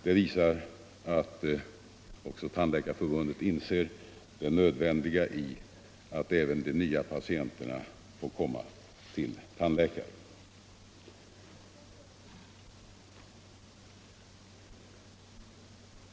Det visar att också Tandläkarförbundet inser det nödvändiga i att även de nya patienterna får komma till tandläkare.